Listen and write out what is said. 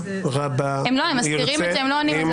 הם מסתירים והם לא עונים.